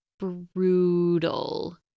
brutal